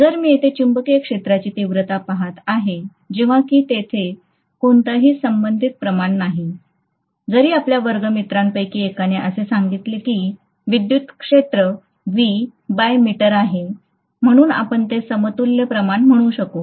जर मी येथे चुंबकीय क्षेत्राची तीव्रता पहात आहे जेव्हा कि येथे कोणतेही संबंधित प्रमाण नाही जरी आपल्या वर्गमित्रांपैकी एकाने असे सांगितले की विद्युत क्षेत्र व्ही मीटर आहे म्हणून आपण ते समतुल्य प्रमाणात म्हणू शकू